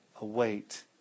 await